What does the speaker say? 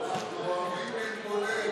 אדוני היושב-ראש,